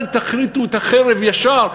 אל תחזיקו את החרב ישר,